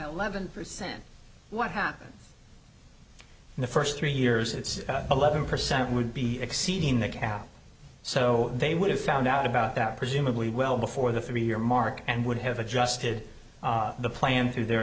eleven percent what happened in the first three years it's eleven percent would be exceeding the cap so they would have found out about that presumably well before the three year mark and would have adjusted the plan through the